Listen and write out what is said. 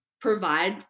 provide